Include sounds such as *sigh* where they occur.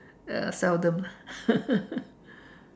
uh seldom lah *laughs*